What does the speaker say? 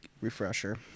refresher